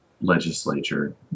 legislature